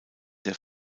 der